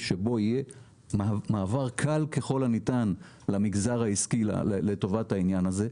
שבו יהיה מעבר קל ככל הניתן למגזר העסקי לטובת העניין הזה.